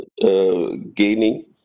gaining